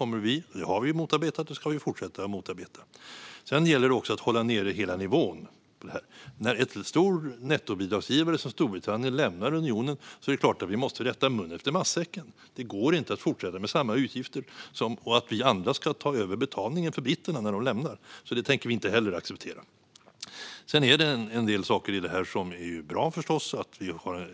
Vi har motarbetat detta, och vi kommer att fortsätta att motarbeta det. Sedan gäller det också att hålla nere hela nivån. När en stor nettobidragsgivare som Storbritannien lämnar unionen är det klart att vi måste rätta mun efter matsäcken. Det går inte att fortsätta med samma utgifter där vi andra ska ta över betalningarna för britterna när de lämnar unionen. Det tänker vi inte heller acceptera. Sedan finns det förstås en del saker i det här som är bra. Vi satsar till